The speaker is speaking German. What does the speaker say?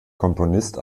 komponist